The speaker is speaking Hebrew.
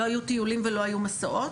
לא היו טיולים ולא היו מסעות,